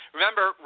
Remember